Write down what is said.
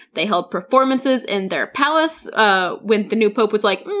they held performances in their palace ah when the new pope was like,